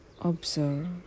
observe